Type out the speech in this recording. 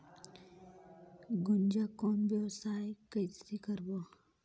गुनजा कौन व्यवसाय कइसे करबो?